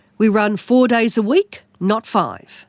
we run four days a week, not five.